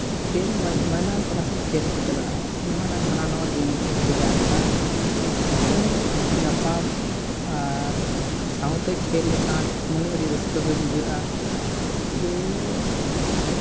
ᱠᱷᱮᱹᱞ ᱢᱟᱭᱫᱟᱱ ᱛᱟᱞᱟ ᱥᱮᱫ ᱠᱷᱮᱹᱞ ᱠᱚ ᱪᱟᱞᱟᱜᱼᱟ ᱡᱟᱦᱟᱱᱟᱜ ᱜᱮ ᱦᱟᱱᱟ ᱱᱚᱣᱟ ᱜᱮᱹᱢ ᱠᱚᱠᱚ ᱠᱷᱮᱹᱞᱟ ᱮᱱᱠᱷᱟᱱ ᱢᱤᱫᱴᱮᱱ ᱧᱟᱯᱟᱢ ᱟᱨ ᱥᱟᱶᱛᱮ ᱠᱷᱮᱹᱞ ᱞᱮᱠᱷᱟᱱ ᱢᱚᱱᱮ ᱟᱹᱰᱤ ᱨᱟᱹᱥᱠᱟᱹ ᱜᱮ ᱵᱩᱡᱷᱟᱹᱜᱼᱟ ᱡᱮ